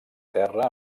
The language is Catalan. terra